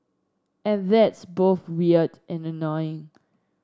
and that's both weird and annoying